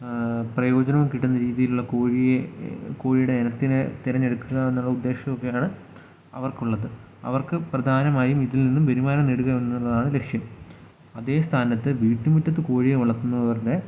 പ്രയോജനവും കിട്ടുന്ന രീതിയിലുള്ള കോഴിയെ കോഴിയുടെ ഇനത്തെ തെരഞ്ഞെടുക്കുക എന്നുള്ള ഉദ്ദേശമൊക്കെയാണ് അവർക്കുള്ളത് അവർക്ക് പ്രധാനമായും ഇതിൽ നിന്ന് വരുമാനം നേടുകയെന്നുള്ളതാണ് ലക്ഷ്യം അതേ സ്ഥാനത്ത് വീട്ടുമുറ്റത്ത് കോഴിയെ വളർത്തുന്നവരുടെ